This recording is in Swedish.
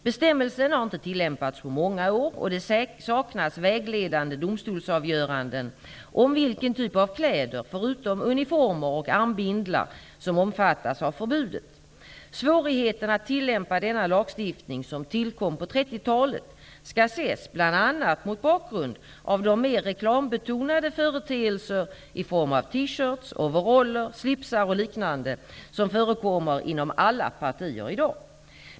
Bestämmelsen har inte tillämpats på många år och det saknas vägledande domstolsavgöranden om vilken typ av kläder, förutom uniformer och armbindlar, som omfattas av förbudet. Svårigheten att tillämpa denna lagstiftning, som tillkom på 30 talet, skall ses bl.a. mot bakgrund av de mer reklambetonade företeelser i form av t-shirts, overaller, slipsar och liknande som förekommer inom alla partier i dag.